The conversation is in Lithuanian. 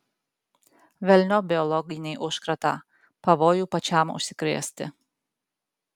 velniop biologinį užkratą pavojų pačiam užsikrėsti